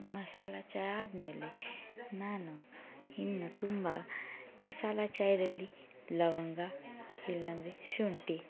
ಮಸಾಲ ಚಹ ಆದಮೇಲೆ ನಾನು ಇನ್ನು ತುಂಬ ಮಸಾಲ ಚಾಯ್ದಲ್ಲಿ ಲವಂಗ ಇಲ್ಲಾಂದ್ರೆ ಶುಂಠಿ